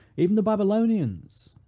even the babylonians,